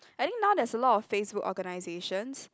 I think now there's a lot of Facebook organisations